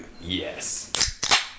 yes